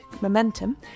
Momentum